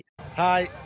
Hi